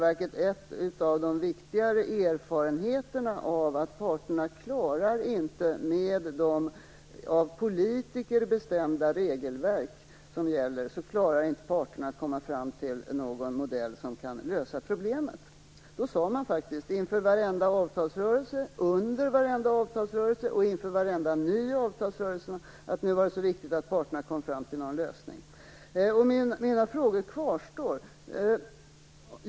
En av de viktigare erfarenheterna är i själva verket att parterna inte med de av politiker bestämda regelverk klarar att komma fram till någon modell som kan lösa problemet. Då sade man inför varenda ny avtalsrörelse och under varenda avtalsrörelse att det var så viktigt att parterna kom fram till någon lösning. Mina frågor kvarstår.